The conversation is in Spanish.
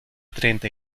treinta